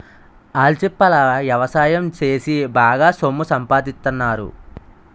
ఆల్చిప్పల ఎవసాయం సేసి బాగా సొమ్ము సంపాదిత్తన్నారు